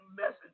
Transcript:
message